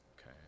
okay